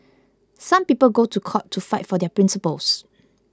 some people go to court to fight for their principles